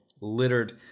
littered